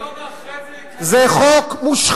ויום אחרי זה הוא יקלל את, זה חוק מושחת.